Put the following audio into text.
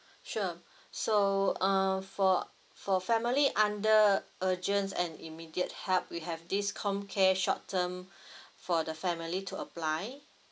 sure so um for for family under urgent and immediate help you have this comcare short term for the family to apply